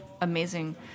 amazing